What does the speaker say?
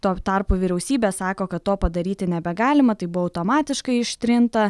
tuo tarpu vyriausybė sako kad to padaryti nebegalima tai buvo automatiškai ištrinta